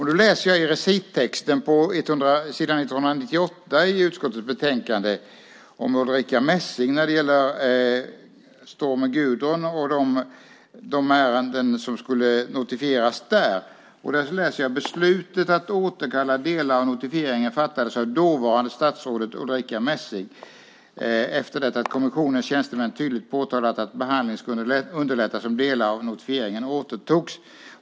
Jag läser i recittexten på s. 198 i utskottets betänkande om Ulrica Messing och stormen Gudrun och de ärenden som skulle notifieras där. Där står: "Beslutet att återkalla delar av notifieringen fattades av dåvarande statsrådet Ulrica Messing efter det att kommissionens tjänstemän tydligt påtalat att behandlingen skulle underlättas om delar av notifieringen återtogs."